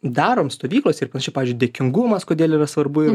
darom stovyklose ir pavyzdžiui dėkingumas kodėl yra svarbu ir